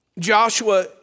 Joshua